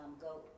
go